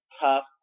tough